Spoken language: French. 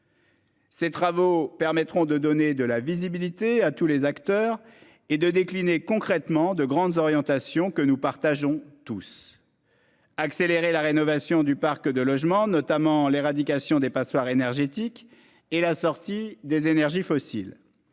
Ces travaux permettront de donner de la visibilité à tous les acteurs et de décliner concrètement de grandes orientations que nous partageons tous. Accélérer la rénovation du parc de logements notamment l'éradication des passoires énergétiques et la sortie des énergies fossiles.